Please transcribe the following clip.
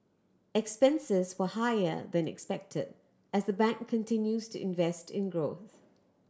expenses were higher than expected as the bank continues to invest in growth